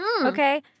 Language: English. Okay